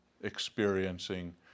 experiencing